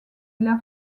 ella